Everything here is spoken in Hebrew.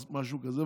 משהו כזה,